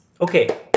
okay